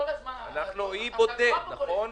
אי בודד, נכון?